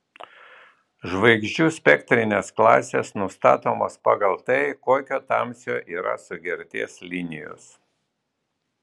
žvaigždžių spektrinės klasės nustatomos pagal tai kokio tamsio yra sugerties linijos